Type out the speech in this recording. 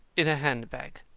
in a hand-bag.